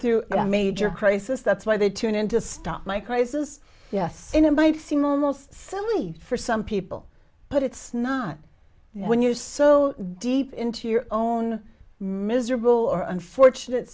through a major crisis that's why they tune in to stop my crisis yes invite seem almost silly for some people but it's not when you're so deep into your own miserable or unfortunate